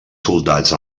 soldats